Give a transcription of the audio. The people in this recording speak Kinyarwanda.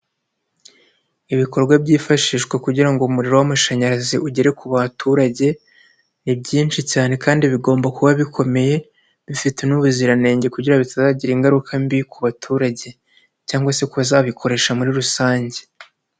Ibikorwa byifashishwa kugira ngo umuriro w'amashanyarazi ugere ku baturage, ni byinshi cyane kandi bigomba kuba bikomeye bifite n'ubuziranenge kugira ngo bitazagira ingaruka mbi ku baturage cyangwa se ko bazabikoresha muri rusange.